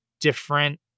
different